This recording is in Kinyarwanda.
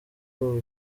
ubu